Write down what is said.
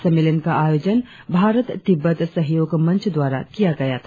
सम्मेलन का आयोजन भारत तिब्बत सहयोग मंच द्वारा किया गया था